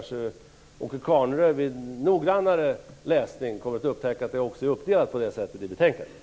Vid en noggrannare läsning upptäcker kanske Åke Carnerö att det är uppdelat på det sättet i betänkandet.